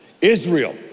Israel